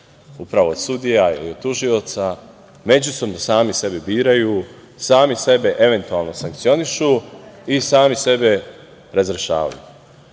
upravo od sudija i tužioca, međusobno sami sebe biraju, sami sebe eventualno sankcionišu i sami sebe razrešavaju. Taj